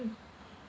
mm